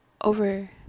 over